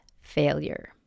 failure